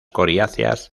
coriáceas